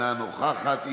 אינה נוכחת.